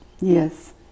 yes